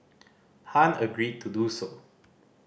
Han agreed to do so